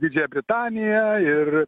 didžiąją britaniją ir